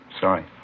Sorry